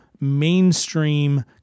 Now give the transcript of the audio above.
mainstream